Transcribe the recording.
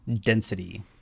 density